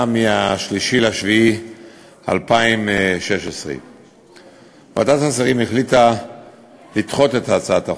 ב-3 ביולי 2016. ועדת השרים החליטה לדחות את הצעת החוק.